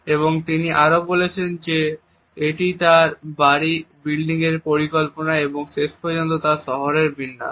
এবং তিনি আরো বলেছেন যে এটি তাঁর বাড়ি বিল্ডিং এর পরিকল্পনা এবং শেষ পর্যন্ত তার শহরের বিন্যাস